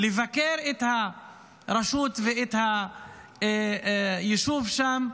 לבקר את הרשות ואת היישוב שם,